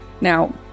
Now